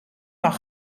kan